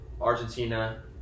Argentina